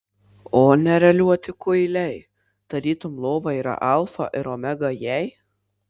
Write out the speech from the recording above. o neraliuoti kuiliai tarytum lova yra alfa ir omega jai